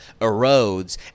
erodes